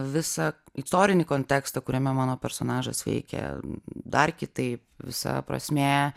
visą istorinį kontekstą kuriame mano personažas veikia dar kitaip visa prasmė